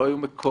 לא היו מקורבים,